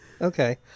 Okay